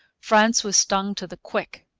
france was stung to the quick.